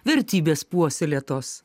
vertybės puoselėtos